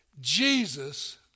Jesus